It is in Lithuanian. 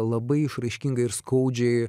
labai išraiškingai ir skaudžiai